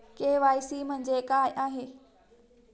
KYC म्हणजे काय आहे?